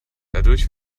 dadurch